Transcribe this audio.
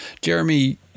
Jeremy